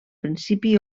principi